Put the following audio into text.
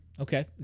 Okay